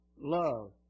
love